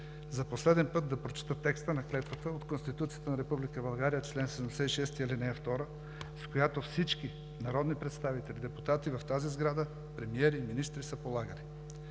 за последен път да прочета текста на клетвата от Конституцията на Република България – чл. 76, ал. 2, в която всички народни представители, депутати в тази сграда, премиери и министри са полагали: